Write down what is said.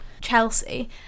Chelsea